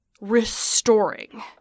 restoring